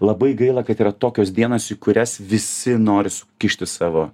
labai gaila kad yra tokios dienos į kurias visi nori sukišti savo